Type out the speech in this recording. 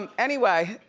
um anyway,